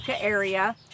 area